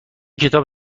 کتاب